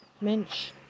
Mensch